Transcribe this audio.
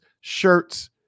shirts